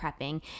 prepping